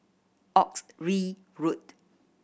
Oxley Road